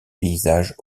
paysages